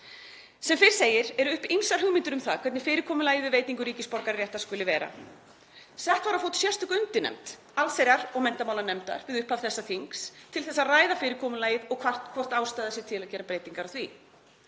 Sem fyrr segir eru uppi ýmsar hugmyndir um það hvernig fyrirkomulagið um veitingu ríkisborgararéttar skuli vera. Sett var á fót sérstök undirnefnd allsherjar- og menntamálanefndar við upphaf þessa þings til að ræða fyrirkomulagið og hvort ástæða sé til að gera breytingar á því.